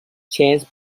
chance